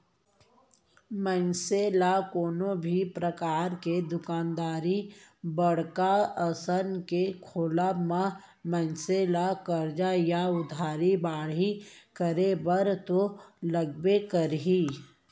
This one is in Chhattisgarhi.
मनसे ल कोनो भी परकार के दुकानदारी बड़का असन के खोलब म मनसे ला करजा या उधारी बाड़ही करे बर तो लगबे करही